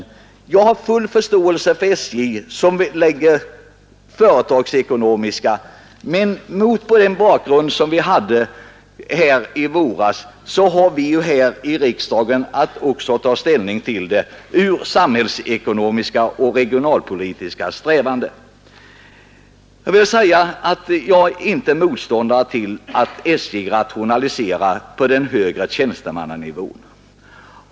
Jag har full förståelse för SJ som anlägger företagsekonomiska synpunkter, men mot bakgrund av vad som hände i våras har vi här i riksdagen att också göra samhällsekonomiska och regionalpolitiska bedömningar. Jag är inte motståndare till att SJ rationaliserar på den högre tjänstemannanivån.